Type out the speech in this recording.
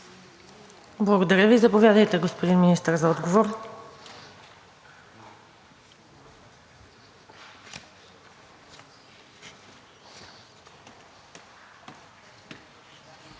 Благодаря Ви. Заповядайте, господин Министър, за отговор.